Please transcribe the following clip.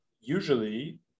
usually